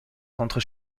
contre